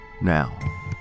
Now